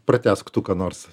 pratęsk tu ką nors